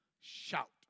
shout